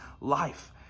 life